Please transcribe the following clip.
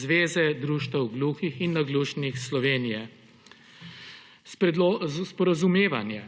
Zveze društev gluhih in naglušnih Slovenije. Za sporazumevanje